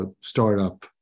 startup